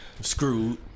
Screwed